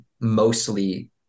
mostly